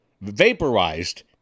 vaporized